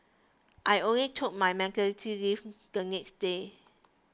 I only took my maternity leave the next day